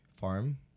farm